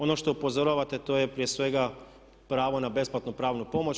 Ono što upozoravate to je prije svega pravo na besplatnu pravnu pomoć.